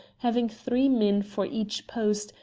having three men for each post,